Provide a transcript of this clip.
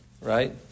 right